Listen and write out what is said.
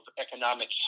economic